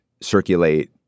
circulate